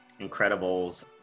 Incredibles